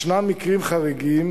ישנם מקרים חריגים